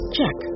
Check